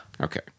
Okay